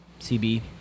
CB